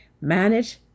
manage